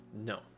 No